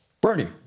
Bernie